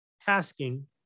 tasking